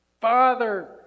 Father